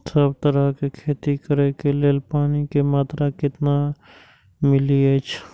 सब तरहक के खेती करे के लेल पानी के मात्रा कितना मिली अछि?